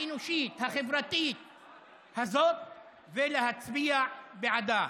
האנושית, החברתית הזאת, ולהצביע בעדה.